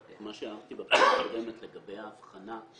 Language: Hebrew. מה שאמרתי שהערתי בפעם הקודמת לגבי ההבחנה,